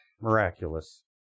miraculous